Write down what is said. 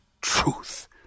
truth